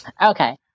Okay